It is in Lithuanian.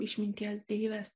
išminties deivės